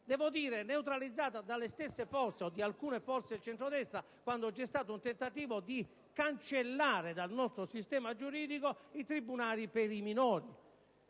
devo dire neutralizzata da alcune forze dello stesso centrodestra, quando c'è stato un tentativo di cancellare dal nostro sistema giuridico i tribunali per i minori.